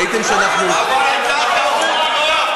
טעות אנוש,